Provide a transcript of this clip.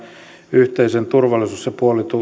yhteisen turvallisuus ja